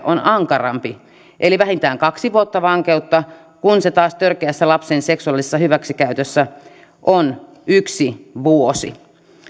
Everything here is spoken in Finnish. on ankarampi eli vähintään kaksi vuotta vankeutta kun se taas törkeässä lapsen seksuaalisessa hyväksikäytössä on yksi vuosi